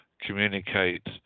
communicate